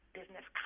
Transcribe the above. Business